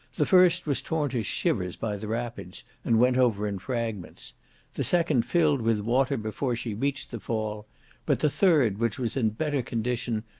the first was torn to shivers by the rapids, and went over in fragments the second filled with water before she reached the fall but the third, which was in better condition,